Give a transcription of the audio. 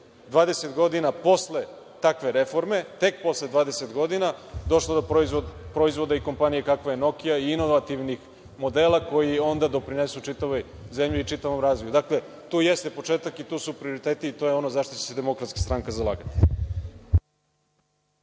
20 godina posle takve reforme, tek posle 20 godina, došlo do proizvoda i kompanije kakva je „Nokia“ i inovativnih modela, koji onda doprinesu čitavoj zemlji i čitavom razvoju. Dakle, tu jeste početak i tu su prioriteti, i to je ono za šta će se DS zalagati.